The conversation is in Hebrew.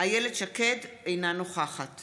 אילת שקד, אינה נוכחת